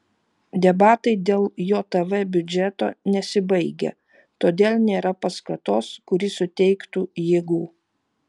debatai dėl jav biudžeto nesibaigia todėl nėra paskatos kuri suteiktų jėgų